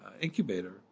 Incubator